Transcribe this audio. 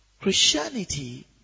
Christianity